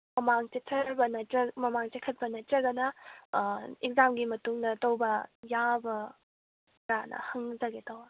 ꯃꯃꯥꯡ ꯆꯊꯔꯒ ꯅꯠꯇꯔꯒ ꯃꯃꯥꯡ ꯆꯈꯠꯄ ꯅꯠꯇ꯭ꯔꯒꯅ ꯑꯦꯛꯁꯖꯥꯝꯒꯤ ꯃꯇꯨꯡꯗ ꯇꯧꯕ ꯌꯥꯕ ꯒꯗ꯭ꯔꯥꯅ ꯍꯪꯖꯒꯦ ꯇꯧꯕ